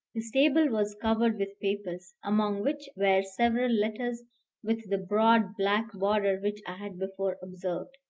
his table was covered with papers, among which were several letters with the broad black border which i had before observed.